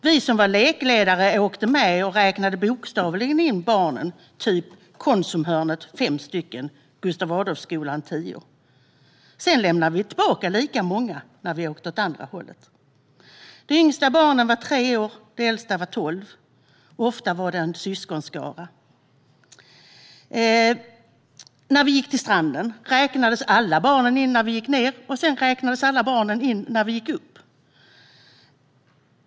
Vi som var lekledare åkte med och räknade bokstavligen in barnen, typ Konsumhörnet fem, Gustav Adolfskolan tio. Sedan lämnade vi tillbaka lika många när vi åkte åt andra hållet. De yngsta barnen var tre år, och de äldsta var tolv. Ofta var det en syskonskara. När vi gick till stranden räknades alla barnen in när vi gick ned, och sedan räknades alla barnen in när vi gick upp.